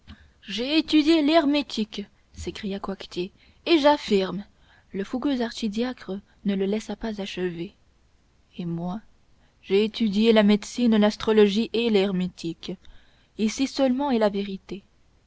j'ai étudié l'hermétique s'écria coictier et j'affirme le fougueux archidiacre ne le laissa pas achever et moi j'ai étudié la médecine l'astrologie et l'hermétique ici seulement est la vérité